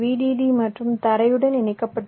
D மற்றும் தரையுடன் இணைக்கப்பட்டுள்ளன